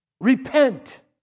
repent